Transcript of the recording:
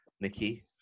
Nikki